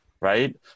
right